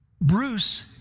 Bruce